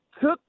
took